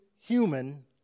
human